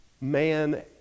man